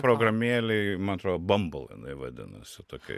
programėlėj man atrodo bambol jinai vadinasi tokia